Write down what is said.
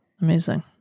Amazing